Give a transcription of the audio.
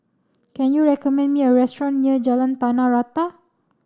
can you recommend me a restaurant near Jalan Tanah Rata